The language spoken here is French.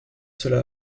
cela